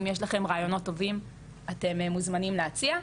אם יש לכם רעיונות טובים אתם מוזמנים להציע,